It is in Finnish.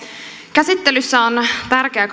käsittelyssä on tärkeä